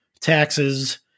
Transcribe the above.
taxes